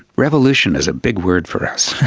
revolution is a big word for us,